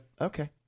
okay